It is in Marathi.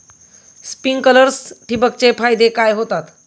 स्प्रिंकलर्स ठिबक चे फायदे काय होतात?